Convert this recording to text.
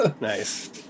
nice